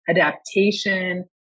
adaptation